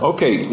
Okay